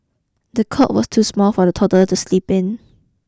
the cot was too small for the toddler to sleep in